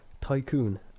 tycoon